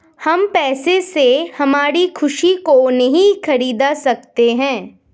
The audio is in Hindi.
हम पैसे से हमारी खुशी को नहीं खरीदा सकते है